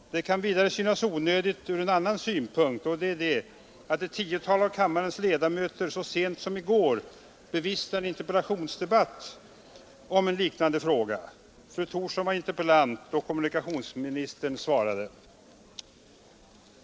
För det andra kan det synas onödigt av en annan anledning, nämligen att jag så sent som i går deltog i en interpellationsdebatt — som ett tiotal av kammarens ledamöter bevistade — om en liknande fråga. Fru Thorsson var interpellant och kommunikationsministern svarade.